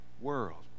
world